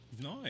Nice